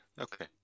okay